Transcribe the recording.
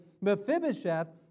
Mephibosheth